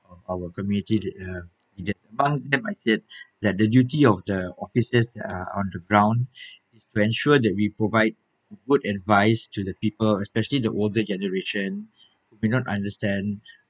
of our community but I asked them I said that the duty of the offices ah on the ground is to ensure that we provide good advice to the people especially the older generation they may not understand